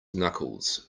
knuckles